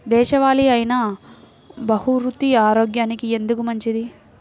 దేశవాలి అయినా బహ్రూతి ఆరోగ్యానికి ఎందుకు మంచిది?